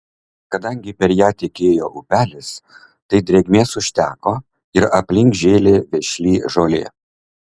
kadangi per ją tekėjo upelis tai drėgmės užteko ir aplink žėlė vešli žolė